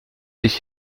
dich